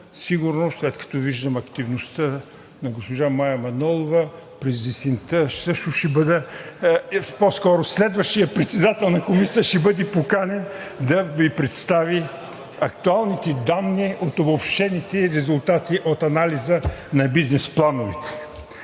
сигурно, след като виждам активността на госпожа Мая Манолова – през есента, също ще бъда... по-скоро следващият председател на Комисията ще бъде поканен да Ви представи актуалните данни от обобщените резултати от анализа на бизнес плановете.